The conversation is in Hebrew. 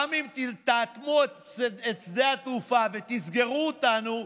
גם אם תאטמו את שדה התעופה ותסגרו אותנו,